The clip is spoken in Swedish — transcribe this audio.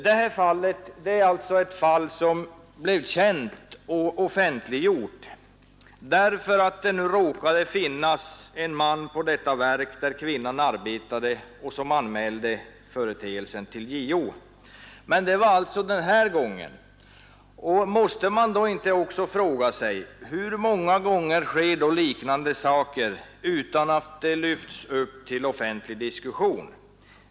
Det här fallet blev alltså känt och offentliggjort därför att det råkade finnas en man på det verk där kvinnan arbetade som anmälde företeelsen till JO. Men det var den här gången. Måste man inte fråga sig hur många gånger liknande saker sker utan att lyftas upp till offentlig diskussion?